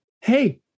Hey